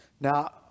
Now